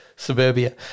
Suburbia